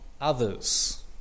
others